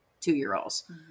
two-year-olds